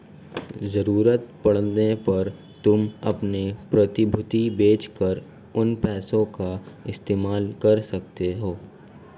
ज़रूरत पड़ने पर तुम अपनी प्रतिभूति बेच कर उन पैसों का इस्तेमाल कर सकते हो